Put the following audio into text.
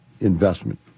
investment